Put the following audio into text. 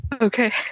Okay